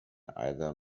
either